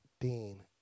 dean